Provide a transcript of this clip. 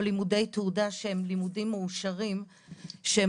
או לימודי תעודה שהם לימודים מאושרים שהם